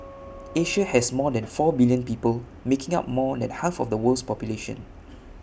Asia has more than four billion people making up more than half of the world's population